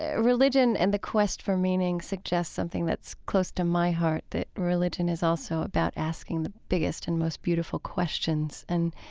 ah religion and the quest for meaning suggests something that's close to my heart, that religion is also about asking the biggest and most beautiful questions. and,